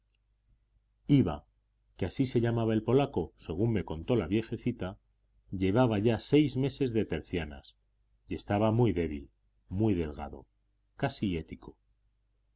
iwa que así se llamaba el polaco según luego me contó la viejecita llevaba ya seis meses de tercianas y estaba muy débil muy delgado casi hético